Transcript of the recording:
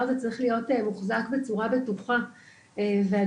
הזה צריך להיות מוחזק בצורה בטוחה והדוקה.